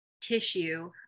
tissue